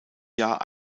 jahr